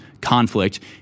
conflict